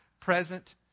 present